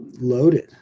loaded